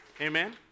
Amen